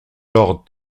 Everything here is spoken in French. lord